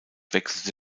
wechselte